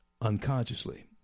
unconsciously